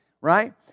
Right